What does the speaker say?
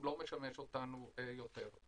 הוא לא משמש אותנו יותר.